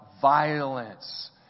violence